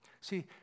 See